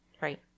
Right